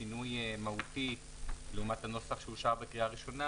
שינוי מהותי לעומת הנוסח שאושר בקריאה ראשונה